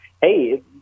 Hey